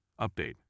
Update